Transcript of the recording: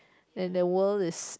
and the world is